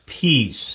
peace